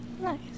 nice